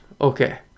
okay